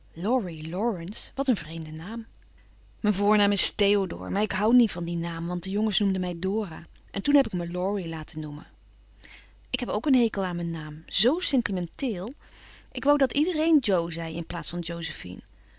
laurie laurence wat een vreemde naam mijn voornaam is theodoor maar ik houd niet van dien naam want de jongens noemden mij dora en toen heb ik me laurie laten noemen ik heb ook een hekel aan mijn naam zoo sentimenteel ik wou dat iedereen jo zei in plaats van